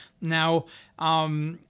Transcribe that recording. Now